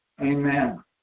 Amen